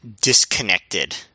disconnected